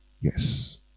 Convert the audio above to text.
yes